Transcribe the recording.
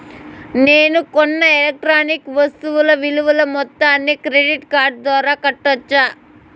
నేను కొన్న ఎలక్ట్రానిక్ వస్తువుల విలువ మొత్తాన్ని క్రెడిట్ కార్డు ద్వారా కట్టొచ్చా?